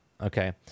okay